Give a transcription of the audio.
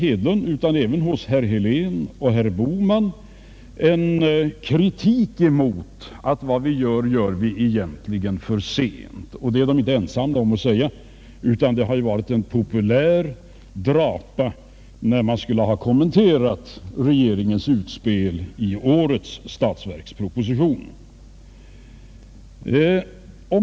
Jag fann såväl i herr Hedlunds som i herrar Heléns och Bohmans anföranden en kritik mot att vad vi gör, det gör vi egentligen för sent. Det är de inte ensamma om att tycka. Det har varit en populär drapa när man har kommenterat regeringens utspel i årets statsverksproposition.